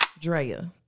Drea